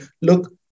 look